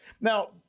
Now